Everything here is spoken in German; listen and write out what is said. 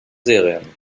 serien